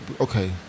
okay